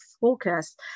focus